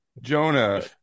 Jonah